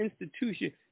institution